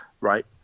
right